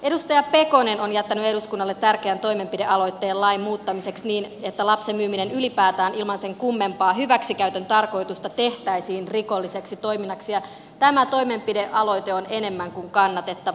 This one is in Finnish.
edustaja pekonen on jättänyt eduskunnalle tärkeän toimenpidealoitteen lain muuttamiseksi niin että lapsen myyminen ylipäätään ilman sen kummempaa hyväksikäytön tarkoitusta tehtäisiin rikolliseksi toiminnaksi ja tämä toimenpidealoite on enemmän kuin kannatettava